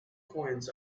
coins